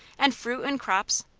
and fruit, and crops,